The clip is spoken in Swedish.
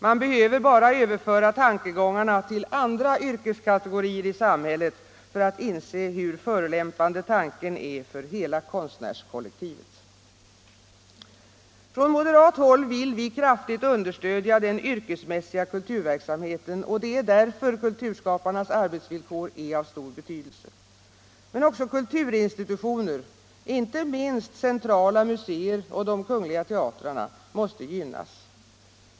Man behöver bara överföra tankegångarna till andra yrkeskategorier i samhället för att inse hur förolämpande tanken är för hela konstnärskollektivet. Från moderat håll vill vi kraftig understödja den yrkesmässiga kulturverksamheten, och det är därför kulturskaparnas arbetsvillkor är av stor betydelse. Men också kulturinstitutioner - inte minst centrala museer och de kungl. teatrarna — måste gynnas.